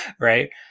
Right